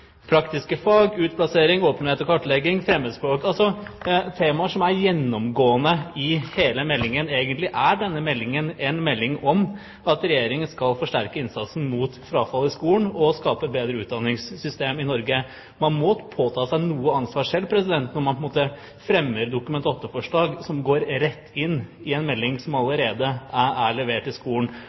praktiske fag, utplassering, åpenhet og kartlegging og fremmedspråk – altså temaer som er gjennomgående i hele meldingen. Egentlig er denne meldingen en melding om at Regjeringen skal forsterke innsatsen mot frafall i skolen og skape et bedre utdanningssystem i Norge. Man må påta seg noe ansvar selv når man fremmer Dokument 8-forslag som går rett inn i en melding som allerede er levert. At Stortinget skal gå særskilt inn i